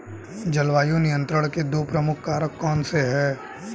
जलवायु नियंत्रण के दो प्रमुख कारक कौन से हैं?